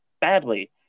badly